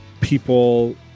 people